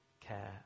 care